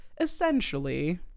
essentially